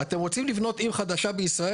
אם אתם רוצים לבנות עיר חדש בישראל,